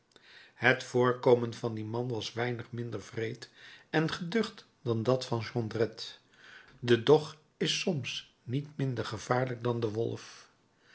het voorkomen van dien man was weinig minder wreed en geducht dan dat van jondrette de dog is soms niet minder gevaarlijk dan de wolf